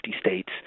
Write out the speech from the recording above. states